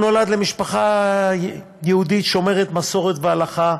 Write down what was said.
הוא נולד למשפחה יהודית שומרת מסורת והלכה,